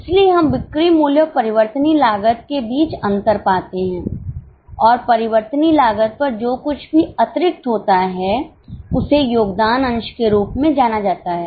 इसलिए हम बिक्री मूल्य और परिवर्तनीय लागत के बीच अंतर पाते हैं और परिवर्तनीय लागत पर जो कुछ भी अतिरिक्त होता है उसे योगदान अंश के रूप में जाना जाता है